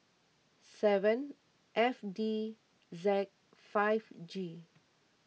seven F D Z five G